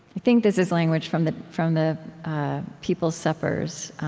i think this is language from the from the people's suppers